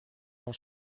der